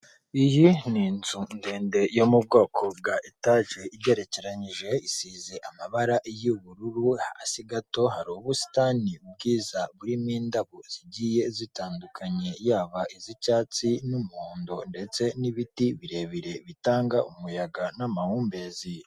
Iyi ni inzu ndende yo mu bwoko bwa etaje igerekeje isize amabara y'ubururu, hasi gato hari ubusitani bwiza burimo indabyo zigiye zitandukanye yaba iz'icyatsi n'umuhondo ndetse n'ibiti birebire bitanga umuyaga n'amahumbezi.